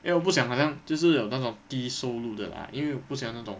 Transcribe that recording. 因为我不想好像就是有那种低收入的 lah 因为不喜欢那种